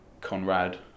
Conrad